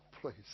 please